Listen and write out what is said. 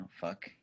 fuck